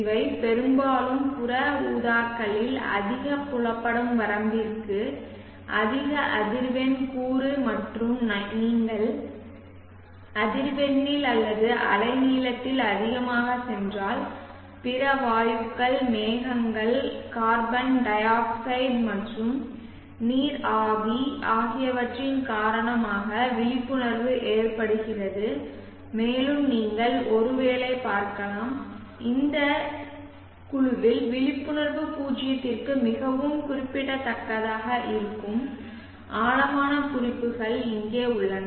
இவை பெரும்பாலும் புற ஊதாக்களில் அதிக புலப்படும் வரம்பிற்கு அதிக அதிர்வெண் கூறு மற்றும் நீங்கள் அதிர்வெண்ணில் அல்லது அலைநீளத்தில் அதிகமாகச் சென்றால் பிற வாயுக்கள் மேகங்கள் கார்பன் டை ஆக்சைடு மற்றும் நீர் நீராவி ஆகியவற்றின் காரணமாக விழிப்புணர்வு ஏற்படுகிறது மேலும் நீங்கள் ஒருவேளை பார்க்கலாம் இந்த இசைக்குழுவில் விழிப்புணர்வு பூஜ்ஜியத்திற்கு மிகவும் குறிப்பிடத்தக்கதாக இருக்கும் ஆழமான குறிப்புகள் இங்கே உள்ளன